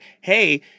hey